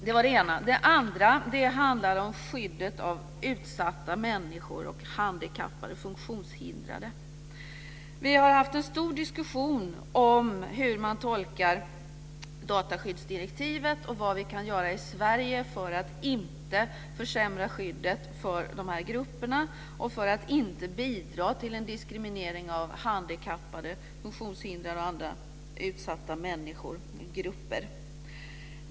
Det var det ena. Det andra handlar om skyddet av utsatta människor och av handikappade och funktionshindrade. Vi har haft en stor diskussion om hur man ska tolka dataskyddsdirektivet och vad vi i Sverige kan göra för att inte försämra skyddet för de här grupperna och för att inte bidra till en diskriminering av handikappade, funktionshindrade och andra utsatta grupper.